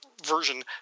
version